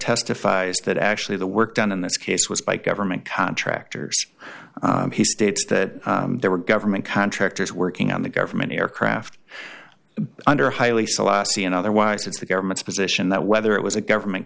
testifies that actually the work done in this case was by government contractors he states that they were government contractors working on the government aircraft under haile selassie and otherwise it's the government's position that whether it was a government